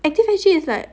active S_G is like